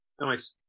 Nice